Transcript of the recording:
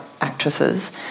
actresses